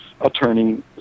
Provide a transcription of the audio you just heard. attorney